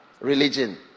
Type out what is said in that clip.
religion